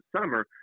summer